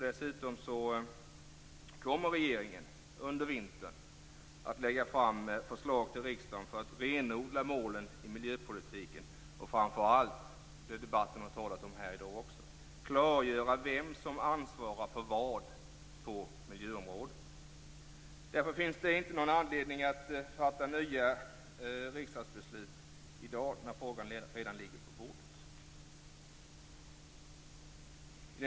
Dessutom kommer regeringen under vintern att lägga fram förslag för riksdagen för att renodla målen i miljöpolitiken och framför allt, precis som debatten här i dag, klargöra vem som ansvarar för vad på miljöområdet. Därför finns det ingen anledning att fatta nya riksdagsbeslut i dag, när frågan redan ligger på bordet.